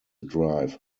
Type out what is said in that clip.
drive